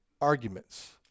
arguments